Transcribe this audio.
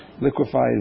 liquefies